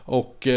och